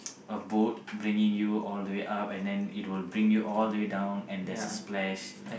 a boat bringing you all the way up and then it will bring you all the way down and then there's a splash